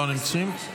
לא נמצאים.